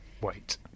wait